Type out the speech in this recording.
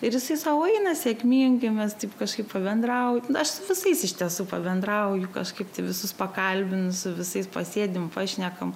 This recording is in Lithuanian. ir jisai sau eina sėkmingai mes taip kažkaip pabendrau aš su visais iš tiesų pabendrauju kažkaip visus pakalbinu su visais pasėdim pašnekam